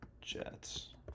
Jets